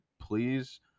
please